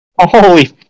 holy